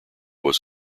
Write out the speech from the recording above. was